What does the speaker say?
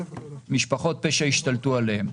למשפחות פשע שהשתלטו עליהם.